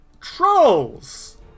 Trolls